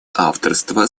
авторства